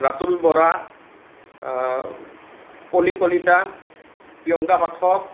Ratul Bora Poli Kalita Priyanka Pathak